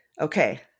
Okay